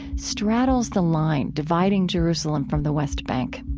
straddles the line dividing jerusalem from the west bank.